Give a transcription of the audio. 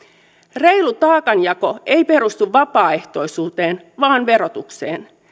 reilu taakanjako ei perustu vapaaehtoisuuteen vaan verotukseen